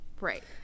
right